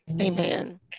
Amen